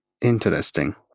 interesting